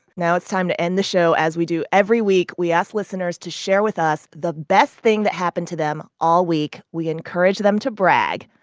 now it's time to end the show as we do every week. we ask listeners to share with us the best thing that happened to them all week. we encourage them to brag.